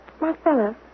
Marcella